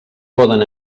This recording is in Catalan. poden